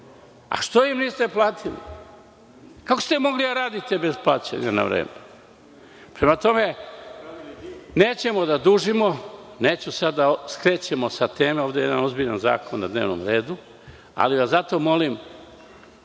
Što im niste platili? Kako ste mogli da radite bez plaćanja na vreme? Prema tome, nećemo da dužimo, neću sada da skrećemo sa teme, ovde je jedan ozbiljan zakon na dnevnom redu, ali vas zato molim,